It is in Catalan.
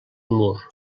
mur